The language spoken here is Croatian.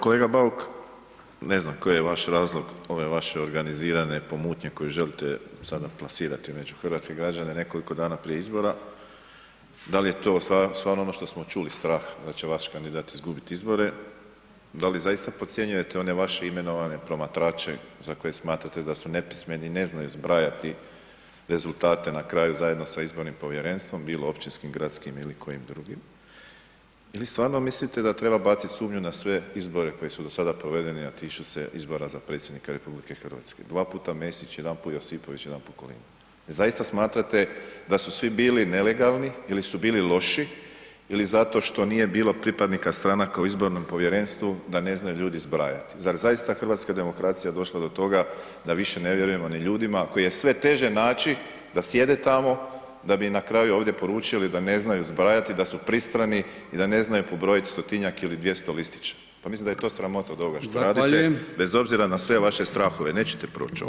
Kolega Bauk, ne znam koji je vaš razlog ove vaše organizirane pomutnje koji želite sada plasirati među hrvatske građane nekoliko dana prije izbora, da li je to stvarno ono što smo čuli strah da će vaš kandidat izgubit izbore, da li zaista podcjenjujete one vaše imenovane promatrače za koje smatrate da su nepismeni i ne znaju zbrajati rezultate na kraju zajedno sa izbornim povjerenstvom, bilo općinskim, gradskim ili kojim drugim ili stvarno mislite da treba bacit sumnju na sve izbore koji su do sada provedeni, a tiče se izbora za predsjednika RH, dva puta Mesić, jedanput Josipović, jedanput Kolinda, jel zaista smatrate da su svi bili nelegalni ili su bili loši ili zato što nije bilo pripadnika stranaka u izbornom povjerenstvu da ne znaju ljudi zbrajati, zar je zaista hrvatska demokracija došla do toga da više ne vjerujemo ni ljudima koje je sve teže naći da sjede tamo, da bi im na kraju ovdje poručili da ne znaju zbrajati i da su pristrani i da ne znaju pobrojit stotinjak ili 200 listića, pa mislim da je to sramota od ovoga [[Upadica: Zahvaljujem]] što radite bez obzira na sve vaše strahove, nećete proć.